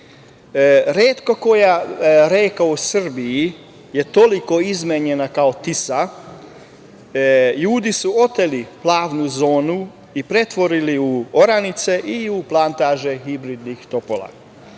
Retko koja reka u Srbiji je toliko izmenjena kao Tisa, ljudi su oteli plavnu zonu i pretvorili u oranice i u plantaže hibridnih topola.